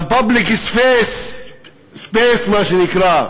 ל-public space, מה שנקרא,